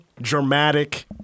dramatic